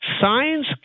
Science